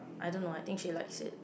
I don't know I think she like it's